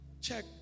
check